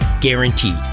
Guaranteed